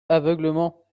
aveuglement